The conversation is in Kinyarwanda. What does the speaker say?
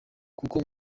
kuko